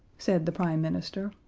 said the prime minister,